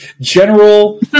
general